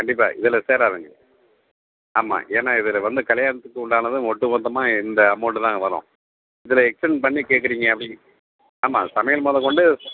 கண்டிப்பாக இதில் சேராதுங்க ஆமாம் ஏன்னா இதில் வந்து கல்யாணத்துக்கு உண்டானது ஒட்டு மொத்தமாக இந்த அமௌண்ட் தாங்க வரும் இதில் எஸ்ட்டெண்ட் பண்ணி கேட்குறீங்க அப்படிங் ஆமாம் சமையல் முதக் கொண்டு